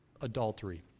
adultery